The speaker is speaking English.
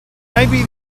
maybe